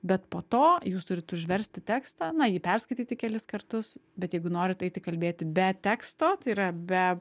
bet po to jūs turit užversti tekstą na jį perskaityti kelis kartus bet jeigu norit eiti kalbėti be teksto tai yra be